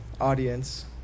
audience